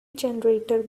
generator